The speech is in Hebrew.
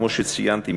כמו שציינתי,